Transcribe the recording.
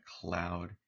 cloud